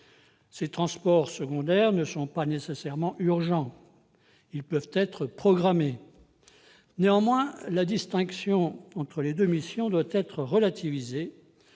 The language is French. Ces transports secondaires ne sont pas nécessairement urgents ; ils peuvent être programmés. La distinction entre ces deux missions doit être relativisée,